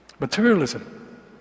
Materialism